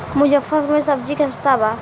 मुजफ्फरपुर में सबजी सस्ता बा